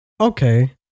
Okay